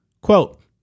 Quote